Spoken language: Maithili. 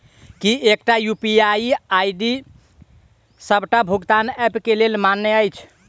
की एकटा यु.पी.आई आई.डी डी सबटा भुगतान ऐप केँ लेल मान्य अछि?